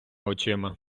очима